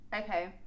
Okay